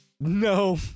no